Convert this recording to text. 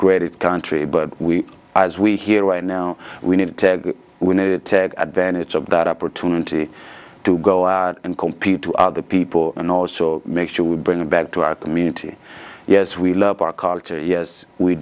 greatest country but we as we hear right now we need to win it advantage of that opportunity to go out and compete to other people and also make sure we bring them back to our community yes we love our culture yes we